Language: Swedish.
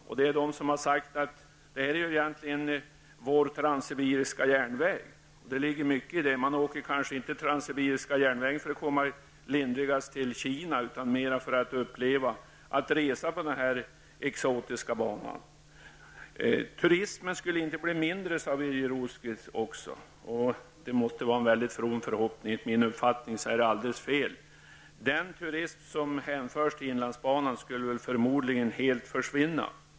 Det finns de som har sagt att inlandsbanan egentligen är vår transsibiriska järnväg och det ligger mycket i det. Man åker inte transsibiriska järnvägen för att komma lindrigast till Kina utan mera för att uppleva resan på den exotiska banan. Turismen skulle inte bli mindre, sade Birger Rosqvist också. Det måste vara en väldigt from förhoppning. Enligt min uppfattning är det alldeles fel. Den turism som hänförs till inlandsbanan skulle förmodligen helt försvinna.